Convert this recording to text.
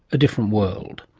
a different world.